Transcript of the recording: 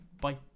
Bye